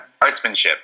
Artsmanship